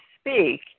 Speak